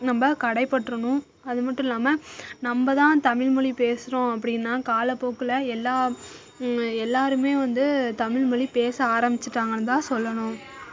நம்ப கடைப்பற்றணும் அதுமட்டும் இல்லாமல் நம்பதான் தமிழ்மொழி பேசறோம் அப்படின்னா காலப்போக்கில் எல்லாம் எல்லாருமே வந்து தமிழ்மொழி பேச ஆரம்பிச்சிட்டாங்கன்னு தான் சொல்லணும்